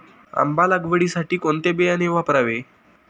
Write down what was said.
आंबा लागवडीसाठी कोणते बियाणे वापरावे?